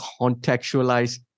contextualize